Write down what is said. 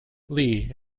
lee